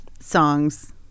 songs